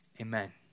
amen